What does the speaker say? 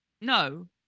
no